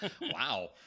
wow